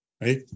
right